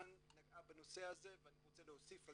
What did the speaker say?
אן נגעה בנושא הזה ואני רוצה להוסיף.